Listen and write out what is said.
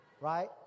right